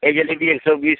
ये जलेबी एक सौ बीस